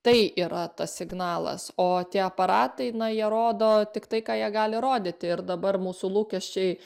tai yra tas signalas o tie aparatai na jie rodo tik tai ką jie gali rodyti ir dabar mūsų lūkesčiai